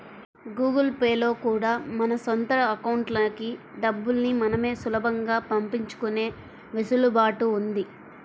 Google Pay లో కూడా మన సొంత అకౌంట్లకి డబ్బుల్ని మనమే సులభంగా పంపించుకునే వెసులుబాటు ఉంది